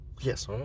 Yes